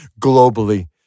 globally